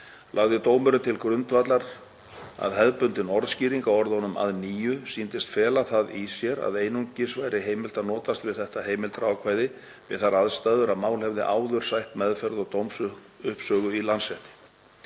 Lagði dómurinn til grundvallar að hefðbundin orðskýring á orðunum „að nýju“ sýndist fela það í sér að einungis væri heimilt að notast við þetta heimildarákvæði við þær aðstæður að mál hefði áður sætt meðferð og dómsuppsögu í Landsrétti.